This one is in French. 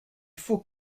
faut